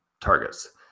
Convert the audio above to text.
targets